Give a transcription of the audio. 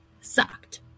sucked